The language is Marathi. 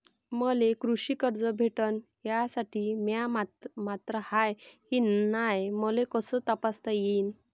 मले कृषी कर्ज भेटन यासाठी म्या पात्र हाय की नाय मले कस तपासता येईन?